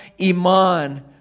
Iman